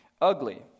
ugly